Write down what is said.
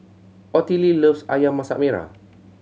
Ottilie loves Ayam Masak Merah